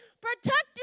protect